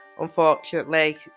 unfortunately